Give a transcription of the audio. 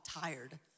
Tired